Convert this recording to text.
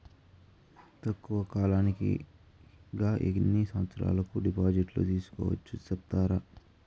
తక్కువ కాలానికి గా ఎన్ని సంవత్సరాల కు డిపాజిట్లు సేసుకోవచ్చు సెప్తారా